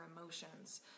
emotions